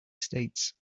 states